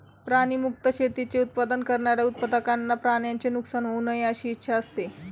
प्राणी मुक्त शेतीचे उत्पादन करणाऱ्या उत्पादकांना प्राण्यांचे नुकसान होऊ नये अशी इच्छा असते